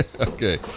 Okay